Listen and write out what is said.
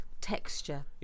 Texture